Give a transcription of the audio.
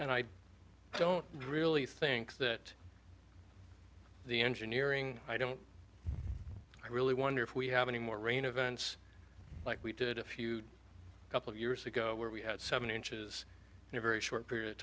and i don't really think that the engineering i don't i really wonder if we have any more rain events like we did a few a couple years ago where we had seven inches in a very short period of